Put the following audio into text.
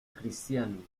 cristiano